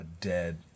dead